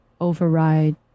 override